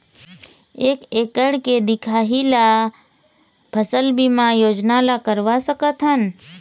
एक एकड़ के दिखाही ला फसल बीमा योजना ला करवा सकथन?